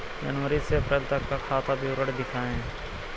जनवरी से अप्रैल तक का खाता विवरण दिखाए?